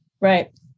right